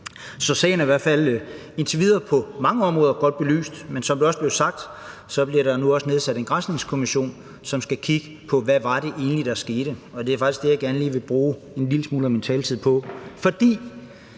Så sagen er i hvert fald indtil videre på mange områder godt belyst. Men som det blev sagt, bliver der nu også nedsat en granskningskommission, som skal kigge på, hvad det egentlig var, der skete. Det er det, jeg gerne lige vil bruge en lille smule af min taletid på. Handler